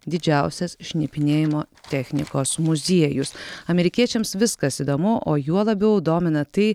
didžiausias šnipinėjimo technikos muziejus amerikiečiams viskas įdomu o juo labiau domina tai